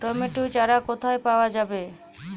Tomato চারা কোথায় পাওয়া যাবে?